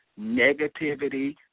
negativity